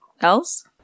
else